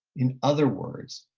in other words,